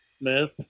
Smith